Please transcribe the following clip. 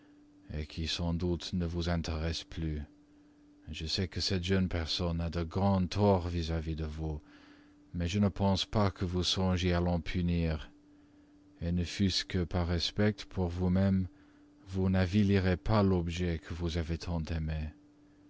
conservées qui sans doute ne vous intéressent plus je sais que cette jeune personne a de grands torts vis-à-vis de vous mais je ne pense pas que vous songiez à l'en punir ne fût-ce que par respect pour vous-même vous n'avilirez pas l'objet que vous avez tant